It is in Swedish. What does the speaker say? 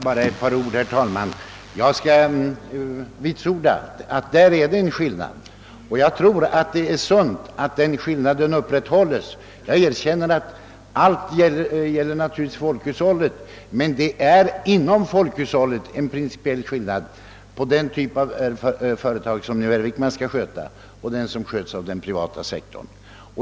Herr talman! Bara ett par ord. Jag skall vitsorda att det för mig är en skillnad, och jag anser det sunt och nödvändigt att den skillnaden upprätthålles. Jag upprepar att allt naturligtvis gäller folkhushållet, men det är inom folkhushållet en principiell skillnad mel lan den typ av företag som herr Wickman skall sköta och den som sköts av den privata sektorn.